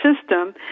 system